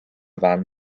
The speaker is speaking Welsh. fan